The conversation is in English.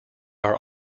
are